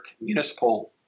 municipal